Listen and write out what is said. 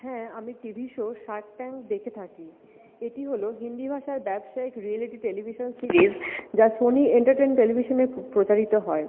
হ্যাঁ আমি TV show Shark Tank দেখে থাকি এটি হল হিন্দি ভাষার ব্যবসায়িক রিয়েলিটি টেলিভিশন সিরিজ যা সোনি এন্টারটেইনমেন্ট টেলিভিশনে প্রচারিত হয়